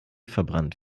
verbrannt